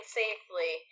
safely